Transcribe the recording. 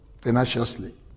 tenaciously